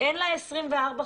לאותה עובדת אין לה 24 חודשים